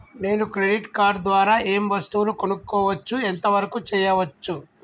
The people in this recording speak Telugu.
నేను క్రెడిట్ కార్డ్ ద్వారా ఏం వస్తువులు కొనుక్కోవచ్చు ఎంత వరకు చేయవచ్చు?